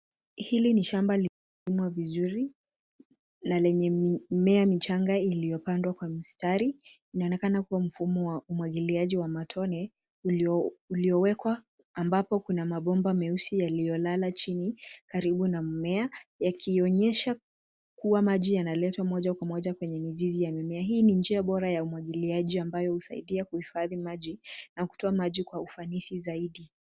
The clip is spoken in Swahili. Hili ni shamba limelimwa vizuri na lenye mimea michanga iliyopandwa kwa mistari. Inaonekana kua mfumo wa umwagiliaji wa matone uliowekwa ambapo kuna mabomba meusi yaliyo lala chini karibu na mmea, yakionyesha kua maji yanaletwa moja kwa moja kwenye mizizi ya mimea. Hii ni njia bora ya umwagiliaji ambayo husaidia kuhifadhi maji na kutoa maji kwa ufanisi zaidi.